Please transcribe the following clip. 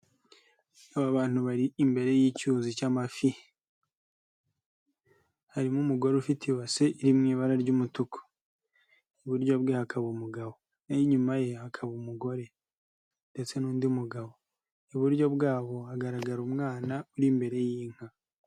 Aba bantu bari imbere y'icyuzi cy'amafi. Harimo umugore ufite ibasi iri mu ibara ry'umutuku. Iburyo bwe hakaba umugabo naho inyuma ye hakaba umugore ndetse n'undi mugabo, iburyo bwabo hagaragara umwana uri imbere y'inka.